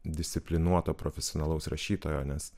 disciplinuoto profesionalaus rašytojo nes